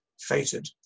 fated